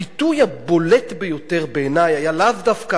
הביטוי הבולט ביותר בעיני היה לאו דווקא